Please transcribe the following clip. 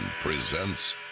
presents